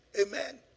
amen